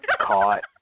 Caught